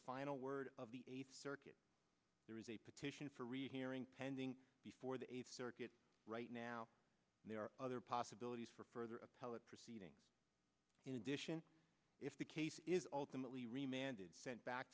final word of the eighth circuit there is a petition for rehearing pending before the eighth circuit right now there are other possibilities for further appellate proceeding in addition if the case is ultimately remanded sent back